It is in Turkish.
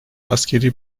askeri